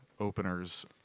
openers